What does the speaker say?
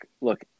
look